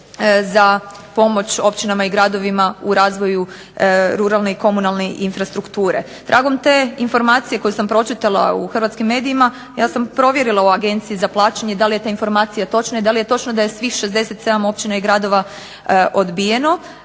za pomoć općinama i gradovima u razvoju ruralne i komunalne infrastrukture. Tragom te informacije koju sam pročitala u hrvatskim medijima, ja sam provjerila u Agenciji za plaćanje da li je ta informacija točna i da li je točno da je svih 67 općina i gradova odbijeno.